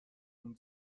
اون